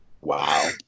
Wow